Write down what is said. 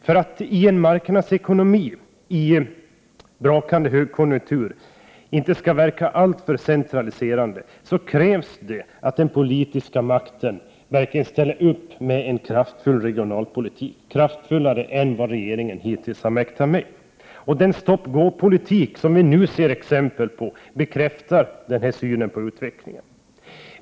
För att en marknadsekonomi i en kraftig högkonjunktur som denna inte skall verka alltför centraliserande krävs det att den politiska makten verkligen ställer upp med en kraftfull regionalpolitik, kraftfullare än vad regeringen hittills mäktat med. Den stop-go-politik som vi nu ser exempel på bekräftar denna syn på utvecklingen.